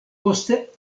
poste